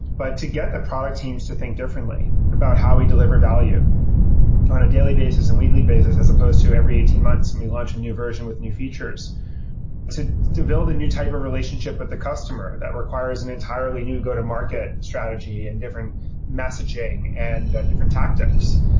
but to get the product teams to think differently about how we deliver value on a daily basis and weekly basis, as opposed to every eighteen months and we launched a new version with new features to to build a new type of relationship with the customer, that requires an entirely new go-to market strategy and different messaging and different tactics.